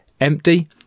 empty